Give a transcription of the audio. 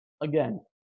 again